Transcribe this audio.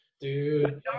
Dude